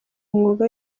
umwuga